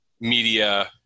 Media